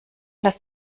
das